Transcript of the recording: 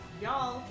Y'all